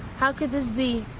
how could this be?